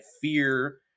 Fear